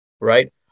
right